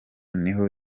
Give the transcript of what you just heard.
niho